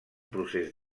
procés